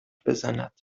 بزند